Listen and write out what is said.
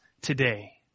today